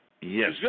Yes